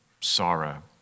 sorrow